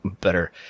better